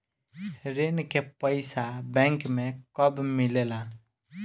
ऋण के पइसा बैंक मे कब मिले ला?